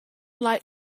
light